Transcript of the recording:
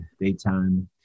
daytime